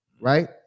right